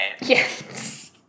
Yes